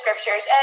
scriptures